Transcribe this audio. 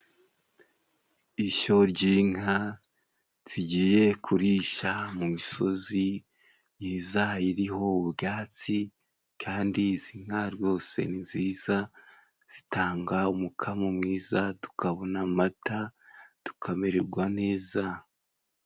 ishyo ry'inka zigiye kurisha mu misozi myiza, iriho ubwatsi, kandi izi nka rwose ni nziza, zitanga umukamo mwiza tukabona amata, tukamererwa neza.